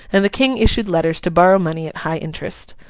and the king issued letters to borrow money at high interest.